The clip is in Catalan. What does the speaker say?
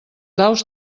daus